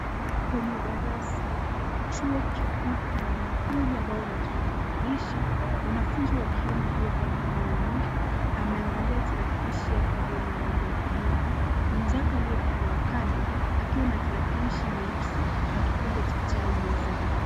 Kwenye darasa, chuo kikuu kuna wanafunzi ambao wanatumia tarakilishi. Mwanafunzi wa kiume aliyevaa miwani, ameangalia tarakilishi yake ambayo ni ya rangi ya kijivu. Mwenzake aliye upande wa kando akiwa na tarakilishi nyeusi na kikombe cha chai mezani.